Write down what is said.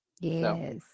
Yes